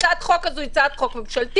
הצעת החוק הזאת היא הצעת חוק ממשלתית.